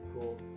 cool